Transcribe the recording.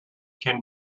can